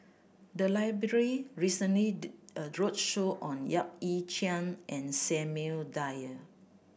the library recently did a roadshow on Yap Ee Chian and Samuel Dyer